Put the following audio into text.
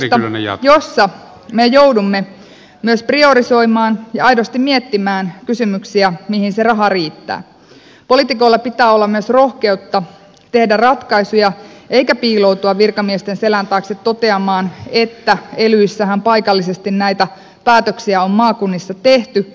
arkitodellisuudessa jossa me joudumme myös priorisoimaan ja aidosti miettimään kysymyksiä mihin se raha riittää poliitikoilla pitää olla myös rohkeutta tehdä ratkaisuja eikä voi piiloutua virkamiesten selän taakse toteamaan että elyissähän paikallisesti näitä päätöksiä on maakunnissa tehty